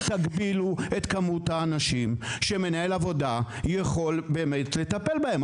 תגבילו את כמות האנשים שמנהל עבודה יכול לטפל בהם.